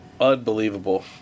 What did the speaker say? Unbelievable